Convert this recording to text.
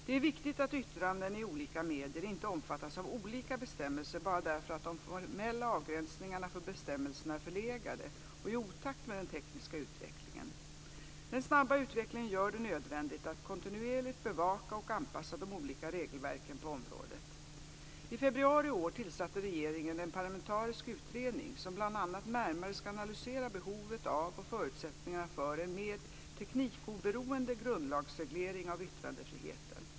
Det är viktigt att yttranden i olika medier inte omfattas av olika bestämmelser bara därför att de formella avgränsningarna för bestämmelserna är förlegade och i otakt med den tekniska utvecklingen. Den snabba utvecklingen gör det nödvändigt att kontinuerligt bevaka och anpassa de olika regelverken på området. I februari i år tillsatte regeringen en parlamentarisk utredning som bl.a. närmare ska analysera behovet av och förutsättningarna för en mer teknikoberoende grundlagsreglering av yttrandefriheten.